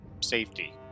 safety